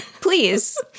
Please